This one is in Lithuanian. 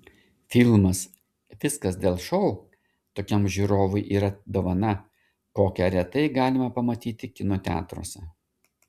filmas viskas dėl šou tokiam žiūrovui yra dovana kokią retai galima pamatyti kino teatruose